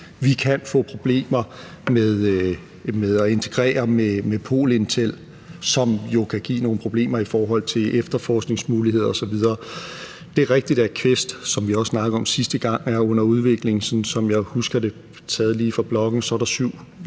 Vi kan få problemer med at integrere med Pol-Intel, hvilket jo kan give nogle problemer i forhold til efterforskningsmuligheder osv. Og det er rigtigt, at QUEST, som vi også snakkede om sidste gang, er under udvikling. Som jeg husker det, taget lige fra blokken, er der syv